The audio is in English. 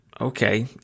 okay